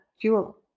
Fuel